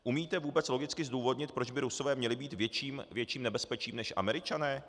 Umíte vůbec logicky zdůvodnit, proč by Rusové měli být větším nebezpečím než Američané?